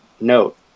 note